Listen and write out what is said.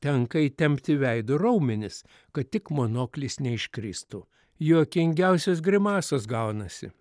tenka įtempti veido raumenis kad tik monoklis neiškristų juokingiausios grimasos gaunasi